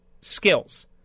skills